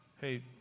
Hey